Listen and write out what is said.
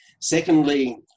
Secondly